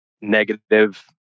negative